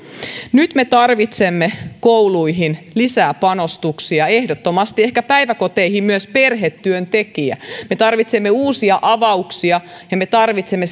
nyt me tarvitsemme kouluihin lisää panostuksia ehdottomasti ehkä päiväkoteihin myös perhetyöntekijän me tarvitsemme uusia avauksia ja me tarvitsemme